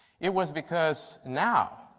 it was because now,